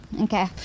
Okay